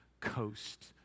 coast